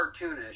cartoonish